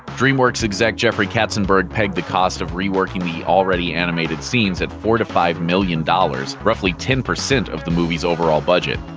dreamworks exec jeffrey katzenberg pegged the cost of reworking the already animated scenes at four to five million dollars roughly ten percent of the movie's overall budget.